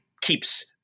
keeps